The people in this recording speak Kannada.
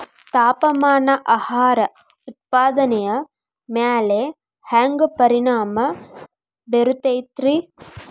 ತಾಪಮಾನ ಆಹಾರ ಉತ್ಪಾದನೆಯ ಮ್ಯಾಲೆ ಹ್ಯಾಂಗ ಪರಿಣಾಮ ಬೇರುತೈತ ರೇ?